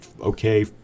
okay